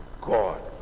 God